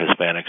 Hispanics